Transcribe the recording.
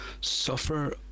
suffer